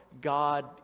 God